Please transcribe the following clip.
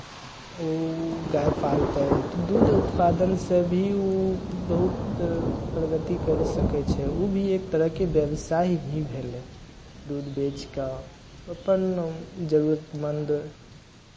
ओ गाय पालतै तऽ दूध उत्पादन से भी ओ बहुत प्रगति करि सकै छै ओ भी एक तरहके व्यवसाय ही भेलै दूध बेचि कऽ अपन जरूरतमन्द